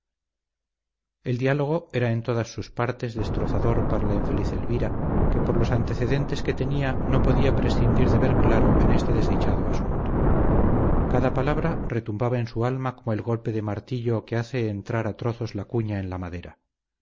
el diálogo era en todas sus partes destrozador para la infeliz elvira que por los antecedentes que tenía no podía prescindir de ver claro en este desdichado asunto cada palabra retumbaba en su alma como el golpe del martillo que hace entrar a trozos la cuña en la madera